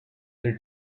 their